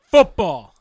Football